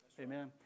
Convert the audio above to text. Amen